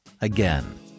Again